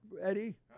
Eddie